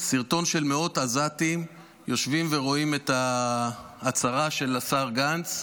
סרטון של מאות עזתים יושבים ורואים את ההצהרה של השר גנץ,